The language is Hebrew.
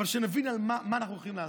אבל שנבין מה אנחנו הולכים לעשות.